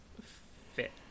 fit